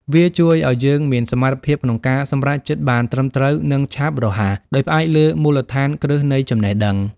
វាជួយឱ្យយើងមានសមត្ថភាពក្នុងការសម្រេចចិត្តបានត្រឹមត្រូវ និងឆាប់រហ័ស ដោយផ្អែកលើមូលដ្ឋានគ្រឹះនៃចំណេះដឹង។